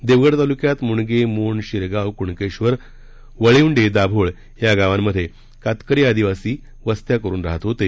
देवगड तालुक्यात मुणगे मोंड शिरगाव कुणकेश्वर वळिवंडे दाभोळ या गावात कातकरी आदिवासी वस्त्या करून राहत होते